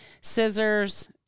scissors